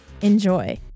Enjoy